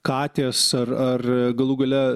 katės ar ar galų gale